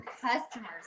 customers